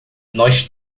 nós